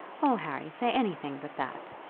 oh, harry, say anything but that.